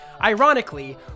Ironically